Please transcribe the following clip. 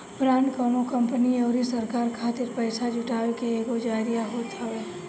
bond कवनो company अउरी सरकार खातिर पईसा जुटाए के एगो जरिया होत हवे